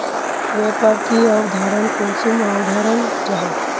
व्यापार की अवधारण कुंसम अवधारण जाहा?